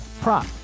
prop